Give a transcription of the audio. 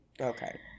Okay